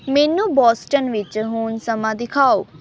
ਮੈਨੂੰ ਬੋਸਟਨ ਵਿੱਚ ਹੁਣ ਸਮਾਂ ਦਿਖਾਓ